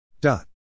Dot